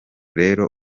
rero